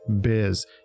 biz